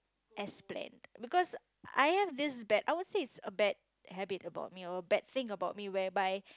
as planned because I have this bad I would say it's a bad habit about me or a bad thing about me whereby